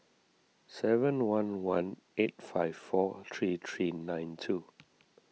seven one one eight five four three three nine two